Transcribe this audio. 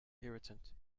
irritant